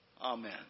Amen